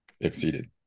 exceeded